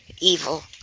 evil